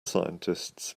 scientists